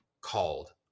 called